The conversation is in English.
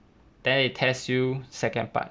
then they test you second part